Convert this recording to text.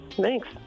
Thanks